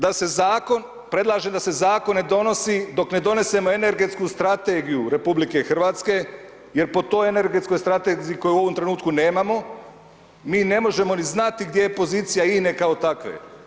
Da se zakon, predlažem da se zakon ne donesi dok ne donesemo energetsku strategiju RH, jer po toj energetskoj strategiji koju u ovom trenutku nemamo mi ne možemo ni znati gdje je pozicija INE kao takve.